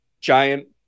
giant